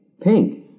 pink